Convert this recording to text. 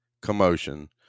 commotion